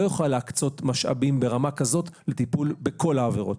יכולה להקצות משאבים ברמה כזאת לטיפול בכל העבירות.